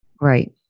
Right